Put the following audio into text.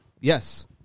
Yes